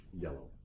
yellow